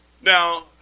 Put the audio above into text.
now